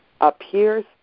appears